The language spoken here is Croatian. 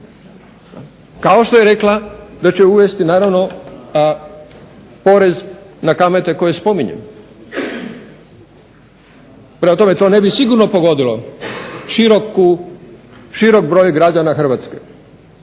kao što je rekla da će uvesti naravno porez na kamate koje spominjem. Prema tome, to ne bi sigurno pogodilo širok broj građana Hrvatske.